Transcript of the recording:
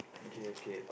okay okay